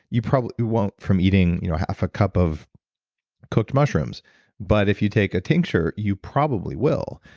you probably won' from eating you know half a cup of cooked mushrooms but if you take a tincture you probably will,